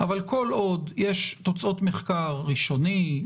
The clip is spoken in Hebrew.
אבל כל עוד יש תוצאות מחקר ראשוני,